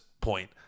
point